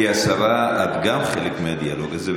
גברתי השרה, גם את חלק מהדיאלוג הזה.